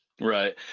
Right